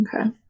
okay